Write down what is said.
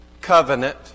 covenant